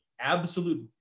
absolute